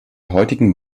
heutigen